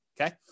okay